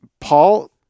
Paul